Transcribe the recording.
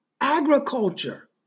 agriculture